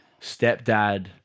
stepdad